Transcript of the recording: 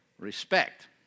Respect